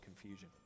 confusion